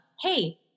hey